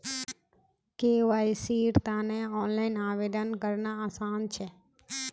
केवाईसीर तने ऑनलाइन आवेदन करना आसान छ